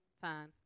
Fine